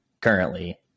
currently